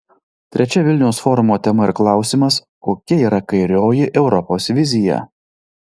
trečia vilniaus forumo tema ir klausimas kokia yra kairioji europos vizija